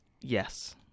Yes